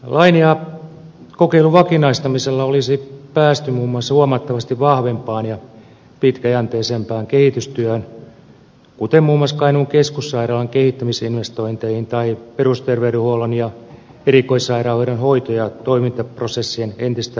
lain ja kokeilun vakinaistamisella olisi päästy muun muassa huomattavasti vahvempaan ja pitkäjänteisempään kehitystyöhön kuten muun muassa kainuun keskussairaalan kehittämisinvestointeihin tai perusterveydenhuollon ja erikoissairaanhoidon hoito ja toimintaprosessien entistä syvällisempään integraatioon